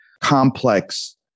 complex